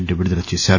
రెడ్డి విడుదల చేశారు